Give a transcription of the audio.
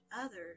others